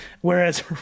whereas